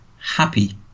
happy